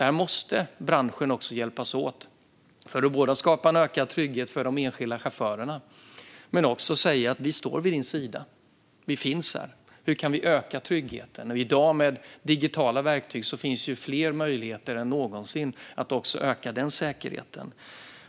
Här måste branschen hjälpas åt, både för att skapa en ökad trygghet för de enskilda chaufförerna och för att säga: "Vi står vid din sida. Vi finns här. Hur kan vi öka tryggheten?" I dag, med digitala verktyg, finns fler möjligheter än någonsin att också öka denna säkerhet.